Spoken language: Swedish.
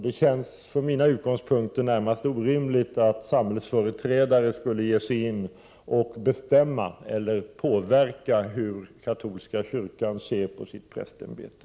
Det känns från mina utgångspunkter närmast orimligt att samhällets företrädare skulle ge sig in och bestämma eller påverka hur t.ex. katolska kyrkan skall se på sitt prästämbete.